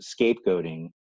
scapegoating